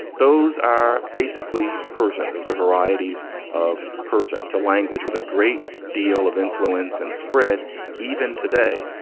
those are basically persian. those are varieties of persian to language with a great deal of influence and spread even today.